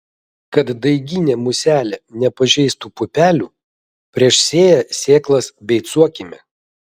kad daiginė muselė nepažeistų pupelių prieš sėją sėklas beicuokime